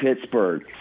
Pittsburgh